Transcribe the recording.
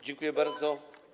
Dziękuję bardzo.